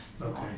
Okay